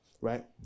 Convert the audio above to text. right